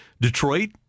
Detroit